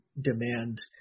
demand